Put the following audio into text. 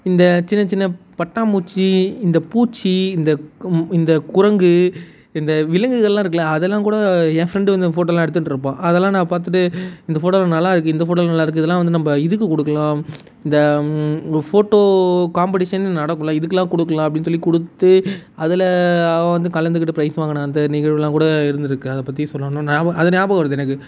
இந்த சின்ன சின்ன பட்டாம்பூச்சி இந்த பூச்சி இந்த இந்த குரங்கு இந்த விலங்குகள்லாம் இருக்கும்ல அதெல்லாம் கூட என் ஃப்ரெண்டு இந்த ஃபோட்டோலாம் எடுத்துட்ருப்பான் அதலாம் நான் பார்த்துட்டு இந்த ஃபோட்டோலாம் நல்லா இருக்குது இந்த ஃபோட்டோலாம் நல்லா இருக்குது இதெல்லாம் வந்து நம்ம இதுக்கு கொடுக்கலாம் இந்த ஃபோட்டோ காம்பெடிஷன்னு நடக்கும்ல இதுக்கெல்லாம் கொடுக்கலாம் அப்படின்னு சொல்லிக் கொடுத்து அதில் அவன் வந்து கலந்துக்கிட்டு ப்ரைஸ் வாங்கின அந்த நிகழ்வுலாம் கூட இருந்திருக்கு அதைப் பற்றி சொல்லணும் ஞாபக அது ஞாபகம் வருது எனக்கு